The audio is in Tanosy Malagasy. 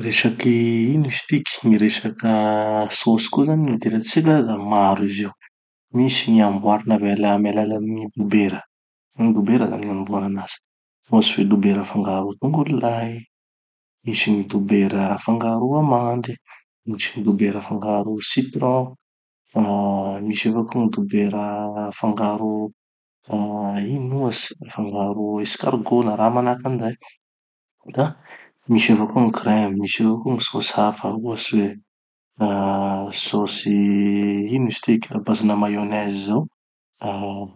Resaky, ino izy tiky, gny resaka sauces koa zany gn'idiratsika da maro izy io. Misy gn'amboary avy- amy alalan'ny dobera, amy dobera zany gn'anombohana anazy. Ohatsy hoe dobera afangaro tongolo lay, misy gny dobera afangaro amendes, misy gny dobera afangaro citrons, ah misy avao koa gny dobera afangaro, ah ino ohatsy, afangaro escargot na raha manahaky anizay. Da misy avao koa gny crèmes, misy avao koa gny sauces hafa. Ohatsy hoe ah sauces ino izy tiky, à base-na mayonnaise zao. Ah,